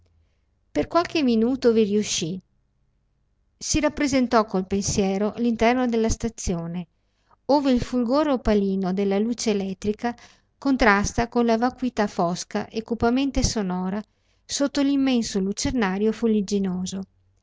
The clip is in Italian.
per qualche minuto vi riuscì si rappresentò col pensiero l'interno della stazione ove il fulgore opalino della luce elettrica contrasta con la vacuità fosca e cupamente sonora sotto l'immenso lucernario